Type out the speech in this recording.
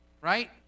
right